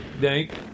Dink